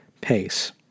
pace